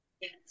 Yes